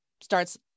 starts